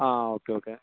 ആ okay okay